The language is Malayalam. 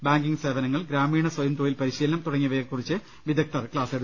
ബാങ്കിംഗ് സേവനങ്ങൾ ഗ്രാമീണ സ്ഥയം തൊഴിൽ പരിശീലനം തുടങ്ങിയവയെകുറിച്ച് വിദഗ്ദ്ധർ ക്ലാസെടുക്കും